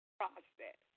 process